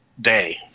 day